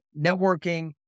networking